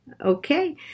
okay